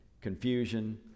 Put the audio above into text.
confusion